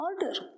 order